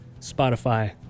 Spotify